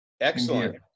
Excellent